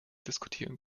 diskutieren